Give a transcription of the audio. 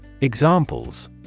Examples